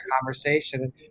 conversation